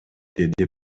деди